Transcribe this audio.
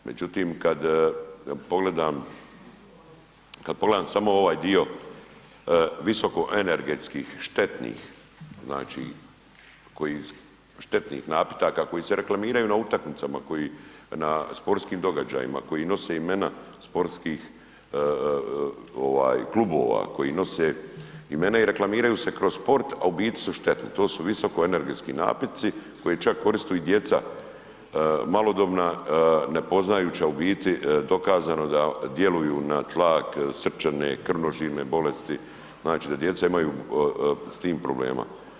Međutim kada pogledam samo ovaj dio visoko energetskih štetnih znači štetnih napitaka koji se reklamiraju na utakmicama, na sportskim događajima, koji nose imena sportskih klubova, koji nose imena i reklamiraju se kroz sport a u biti su štetni, to su visokoenergetski napitci koji čak koriste i djeca malodobna, ne poznajući a u biti dokazano je da djeluju na tlak, srčane, krvožilne bolesti, znači da djeca imaju s tim problema.